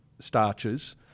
starches